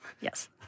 Yes